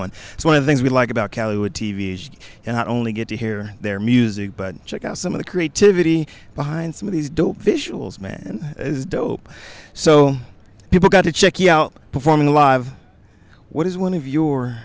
one it's one of the things we like about cali would tv's and not only get to hear their music but check out some of the creativity behind some of these dope visuals man is dope so people got to check you out performing live what is one of your